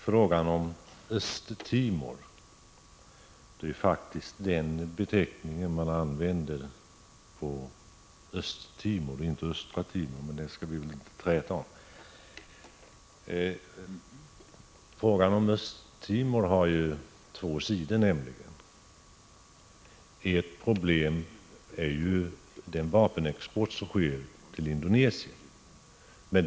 Frågan om Östtimor — jag använder faktiskt den beteckningen och inte beteckningen Östra Timor, men det skall vi väl inte träta om — har ju två sidor. Ett problem är den vapenexport till Indonesien som sker.